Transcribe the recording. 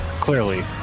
Clearly